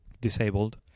disabled